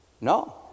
No